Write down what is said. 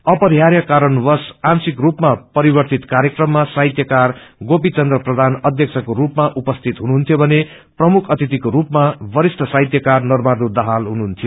अपरिहाँय क्वरणवंश आशिक स्पमा परिवर्तित कार्यक्रममा साहित्यकार गोपीचन्द्र प्रधान अध्यक्षको रूपमा उपस्थित हुनुहुन्यो भने प्रमुख अतिथिको रूपमा वश्रिष्ठ साहित्यकार नरबहादुर दाहात हुनुहुन्यो